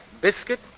biscuit